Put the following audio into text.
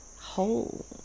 whole